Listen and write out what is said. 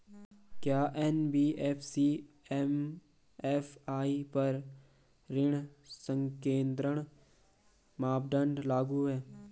क्या NBFC MFI पर ऋण संकेन्द्रण मानदंड लागू हैं?